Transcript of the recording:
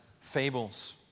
fables